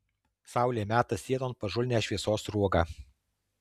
saulė meta sienon pažulnią šviesos sruogą